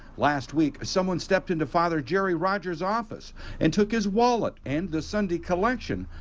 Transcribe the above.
last week someone stepped into father jerry rogers' office and took his wallet and the sunday collection,